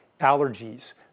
allergies